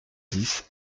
dix